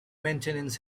maintenance